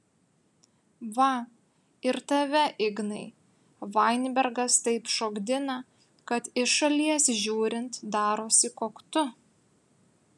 va ir tave ignai vainbergas taip šokdina kad iš šalies žiūrint darosi koktu